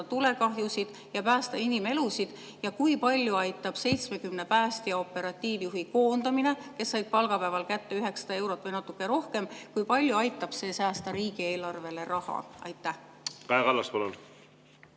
tulekahjusid ja päästa inimelusid. Ja kui palju aitab 70 päästja ja operatiivjuhi koondamine, kes said palgapäeval kätte 900 eurot või natuke rohkem, säästa riigieelarves raha? Kaja Kallas, palun!